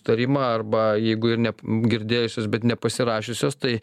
tarimą arba jeigu ir ne girdėjusios bet nepasirašiusios tai